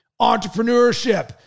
entrepreneurship